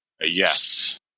yes